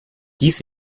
dies